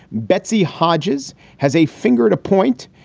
betsy hodges has a finger to point.